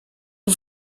est